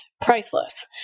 Priceless